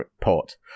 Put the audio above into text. port